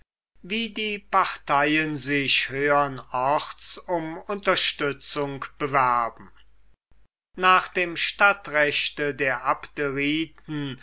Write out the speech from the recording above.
wie die parteien sich höhern orts um unterstützung bewerben nach dem stadtrecht der